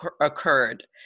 occurred